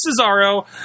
Cesaro